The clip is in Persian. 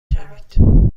شوید